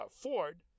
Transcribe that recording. Ford